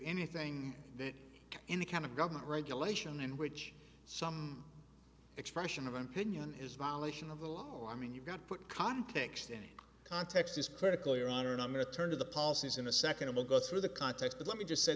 anything that in the kind of government regulation in which some expression of opinion is violation of the law i mean you've got to put context in context is critical your honor and i'm going to turn to the policies in a second to go through the context but let me just say